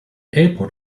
airport